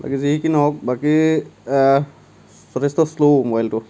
বাকী যি কি নহওক বাকী যথেষ্ট শ্ল' মোবাইলটো